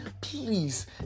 please